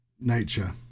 nature